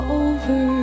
over